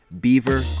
Beaver